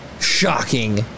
shocking